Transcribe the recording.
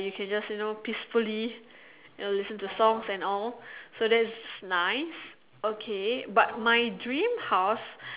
you can just you know peacefully you know listen to songs and all so that's nice okay but my dream house